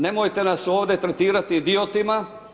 Nemojte nas ovdje tretirati idiotima.